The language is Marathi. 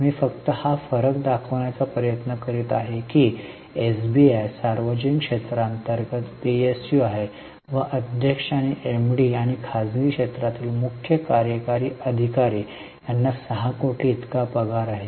मी फक्त हा फरक दाखवण्याचा प्रयत्न करीत आहे की एसबीआय सार्वजनिक क्षेत्रांतर्गत पीएसयू आहे व अध्यक्ष आणि एमडी आणि खासगी क्षेत्रातील मुख्य कार्यकारी अधिकारी यांना 6 कोटी इतका पगार आहे